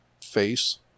face